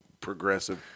progressive